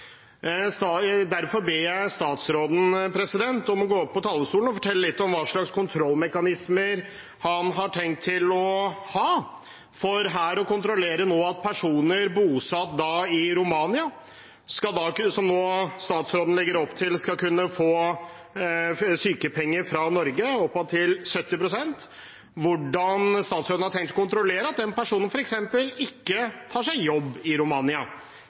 Derfor ber jeg statsråden om å gå opp på talerstolen og fortelle litt om hva slags kontrollmekanismer han har tenkt å ha for å kontrollere at personer bosatt i Romania, som nå statsråden legger opp til skal kunne få sykepenger fra Norge – opptil 70 pst. – f.eks. ikke tar seg jobb i Romania. Mener statsråden, sammen med Senterpartiet, Arbeiderpartiet og de øvrige partiene i denne sal, at de strenge reglene man har for nordmenn, ikke